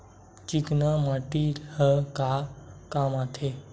चिकना माटी ह का काम आथे?